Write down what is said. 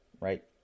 right